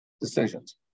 decisions